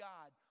God